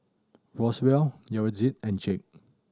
Roswell Yaretzi and Jake